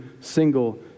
single